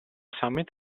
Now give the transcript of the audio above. summit